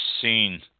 seen